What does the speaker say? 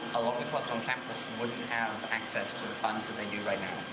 the clubs on campus wouldn't have access to the funds that they use right now.